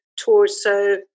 torso